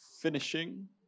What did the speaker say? finishing